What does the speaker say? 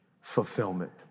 fulfillment